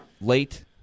late